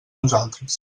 nosaltres